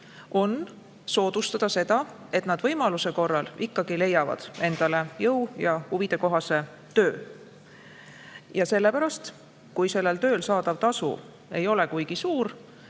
on soodustada seda, et nad võimaluse korral ikkagi leiavad endale jõu- ja huvidekohase töö. Ja sellepärast, kui sellel tööl saadav tasu ei ole kuigi suur,